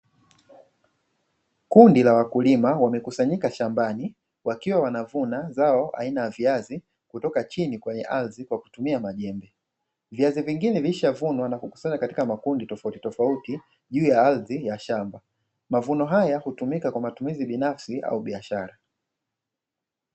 Kundi la wakulima wamekusanyika shambani wakiwa wanavuna zao aina ya viazi kutoka chini kwa kutumia majembe, vizazi vingine vilishavunwa na kukusanywa katika makundi tofautitofauti juu ya ardhi ya shamba, mavuno haya hutumika kwa matumizi binafsi au biashara.